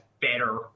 better